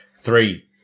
three